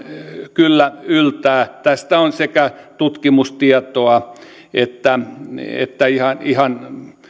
kyllä yltää tästä on sekä tutkimustietoa että että ihan ihan